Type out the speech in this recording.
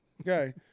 Okay